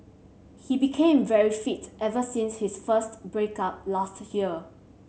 he became very fit ever since his first break up last year